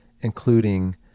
including